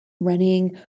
running